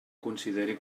consideri